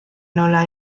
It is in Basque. nola